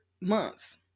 months